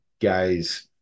guys